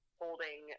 holding